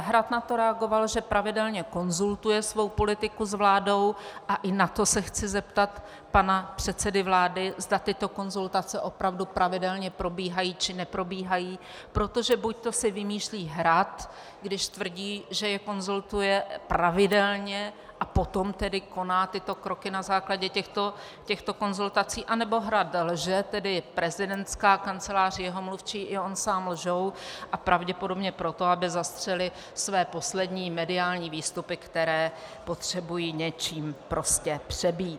Hrad na to reagoval, že pravidelně konzultuje svou politiku s vládou, a i na to se chci zeptat pana předsedy vlády zda tyto konzultace opravdu pravidelně probíhají, či neprobíhají, protože buďto si vymýšlí Hrad, když tvrdí, že je konzultuje pravidelně, a potom tedy koná tyto kroky na základě těchto konzultací, anebo Hrad lže, tedy prezidentská kancelář, jeho mluvčí i on sám lžou, a pravděpodobně proto, aby zastřeli své poslední mediální výstupy, které potřebují něčím prostě přebít...